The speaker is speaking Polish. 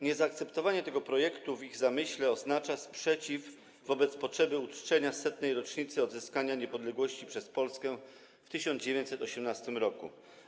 Niezaakceptowanie tego projektu w ich zamyśle oznacza sprzeciw wobec potrzeby uczczenia 100. rocznicy odzyskania niepodległości przez Polskę w 1918 r.